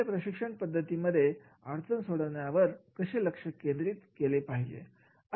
आपल्या प्रशिक्षण पद्धतीमध्ये अडचण सोडवण्यावर कसे लक्ष केंद्रित केले पाहिजे